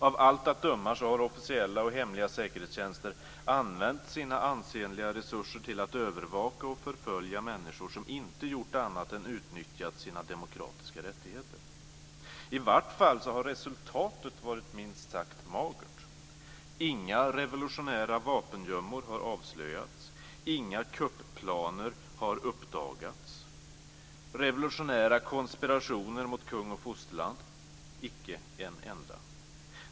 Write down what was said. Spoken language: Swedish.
Av allt att döma har officiella och hemliga säkerhetstjänster använt sina ansenliga resurser till att övervaka och förfölja människor som inte gjort annat än utnyttjat sina demokratiska rättigheter. I varje fall har resultatet varit minst sagt magert. Inga revolutionära vapengömmor har avslöjats. Inga kupplaner har uppdagats. Revolutionära konspirationer mot kung och fosterland? Icke en enda.